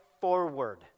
forward